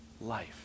life